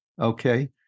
okay